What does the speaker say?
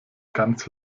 ganz